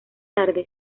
tarde